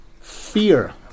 Fear